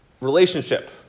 relationship